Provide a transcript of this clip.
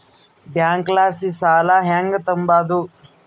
ಬ್ಯಾಂಕಲಾಸಿ ಸಾಲ ಹೆಂಗ್ ತಾಂಬದು?